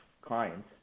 clients